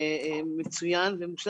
באופן מצוין ומושלם.